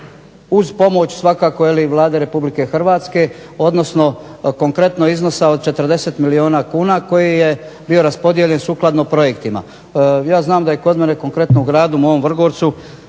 uz pomoć svakako Vlade Republike Hrvatske odnosno konkretno iznosa od 40 milijuna kuna koji je bio raspodijeljen sukladno projektima. Ja znam da je kod mene konkretno u gradu mom Vrgorcu